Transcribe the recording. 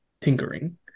tinkering